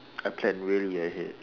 I plan really ahead